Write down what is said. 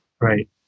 Right